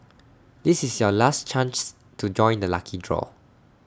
this is your last chance to join the lucky draw